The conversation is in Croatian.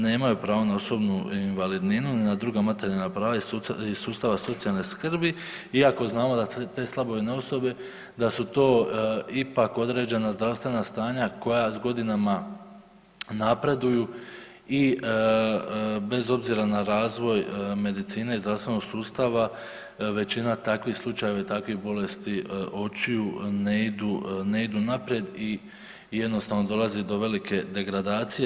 Nemaju pravo na osobnu invalidninu niti na druga materijalna prava iz sustava socijalne skrbi iako znamo da te slabovidne osobe da su to ipak određena zdravstvena stanja koja s godinama napreduju i bez obzira na razvoj medicine i zdravstvenog sustava većina takvih slučajeva i takvih bolesti očiju ne idu naprijed i jednostavno dolazi do velike degradacije.